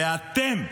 ואתם,